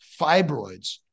fibroids